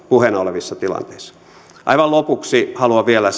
puheena olevissa tilanteissa aivan lopuksi haluan vielä